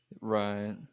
Right